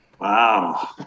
Wow